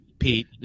Pete